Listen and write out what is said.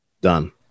Done